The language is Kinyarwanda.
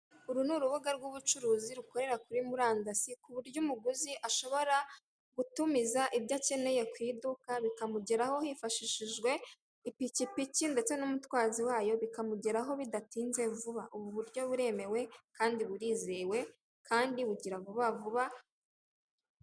Uru ni urubuga rw'ubucuruzi, rukorera kuri murandasi, ku buryo umuguzi ashobora gutumiza ibyo akeneye ku iduka, bikamugeraho hifashishijwe ipikipiki ndetse n'umutwazi wayo, bikamugeraho bidatinze, vuba. Ubu buryo buremewe kandi burizewe, kandi bugira vuba vuba.